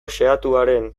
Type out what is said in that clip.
xehatuaren